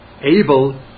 able